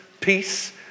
peace